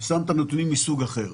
שמת נתונים מסוג אחר,